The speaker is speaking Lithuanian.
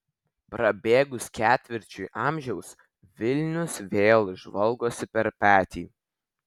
prabėgus ketvirčiui amžiaus vilnius vėl žvalgosi per petį